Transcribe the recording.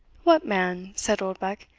what, man! said oldbuck,